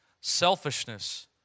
Selfishness